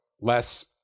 less